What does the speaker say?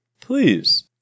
Please